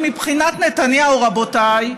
מבחינת נתניהו, רבותיי,